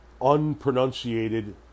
unpronunciated